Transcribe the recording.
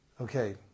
Okay